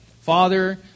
father